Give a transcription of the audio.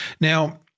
Now